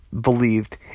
believed